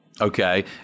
Okay